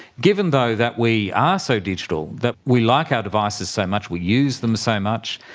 given though that we are so digital, that we like our devices so much, we use them so much,